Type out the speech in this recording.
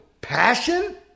Passion